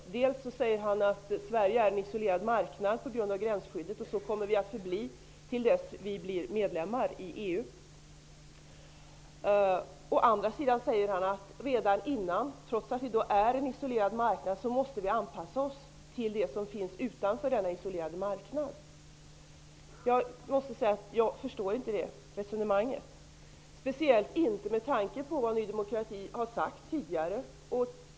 Å ena sidan säger han att Sverige är en isolerad marknad, på grund av gränsskyddet, och att vi kommer att förbli det tills vi blir medlemmar i EU. Å andra sidan säger han att Sverige redan före medlemskapet, trots att Sverige är en isolerad marknad, måste anpassa sig till det som finns utanför denna isolerade marknad. Jag förstår inte det resonemanget, speciellt inte med tanke på vad Ny demokrati tidigare sagt.